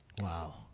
Wow